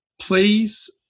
Please